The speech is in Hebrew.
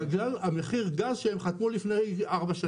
בגלל מחיר הגז עליו הם חתמו לפני ארבע שנים.